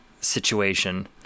situation